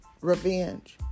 revenge